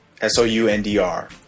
S-O-U-N-D-R